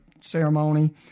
ceremony